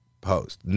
post